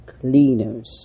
cleaners